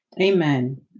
Amen